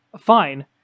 Fine